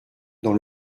dans